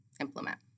implement